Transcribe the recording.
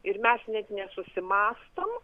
ir mes net nesusimąstom